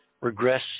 regress